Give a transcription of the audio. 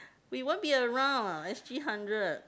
we won't be around ah S_G hundred